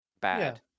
bad